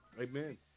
Amen